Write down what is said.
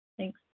Thanks